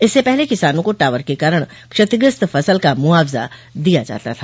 इससे पहले किसानों को टॉवर के कारण क्षतिग्रस्त फसल का मुआवजा दिया जाता था